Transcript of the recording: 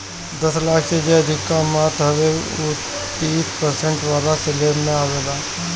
दस लाख से जे अधिका कमात हवे उ तीस प्रतिशत वाला स्लेब में आवेला